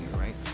right